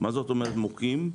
מה זאת אומרת מוכים?